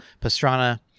Pastrana